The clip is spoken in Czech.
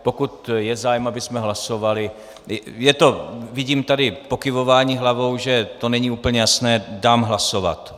Pokud je zájem, abychom hlasovali, vidím tady pokyvování hlavou, že to není úplně jasné, dám hlasovat.